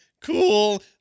cool